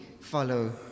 follow